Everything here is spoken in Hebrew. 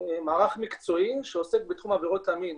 מערך מקצועי שעוסק בתחום עבירות המין.